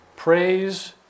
praise